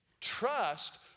Trust